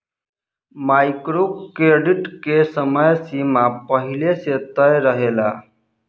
micro credit के समय सीमा पहिले से तय रहेला